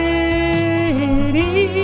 City